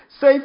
Say